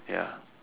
ya